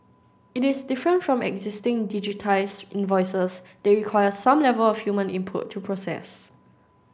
it is different from existing digitised invoices that require some level of human input to process